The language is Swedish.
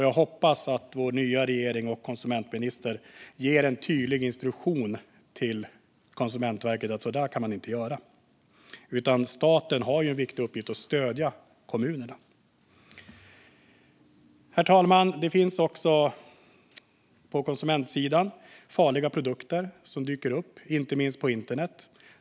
Jag hoppas att vår nya regering och konsumentminister ger Konsumentverket en tydlig instruktion om att man inte kan göra så. Staten har en viktig uppgift i att stödja kommunerna. Herr talman! Det finns också på konsumentsidan farliga produkter som dyker upp, inte minst på internet.